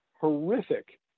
horrific